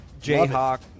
Jayhawk